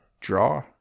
draw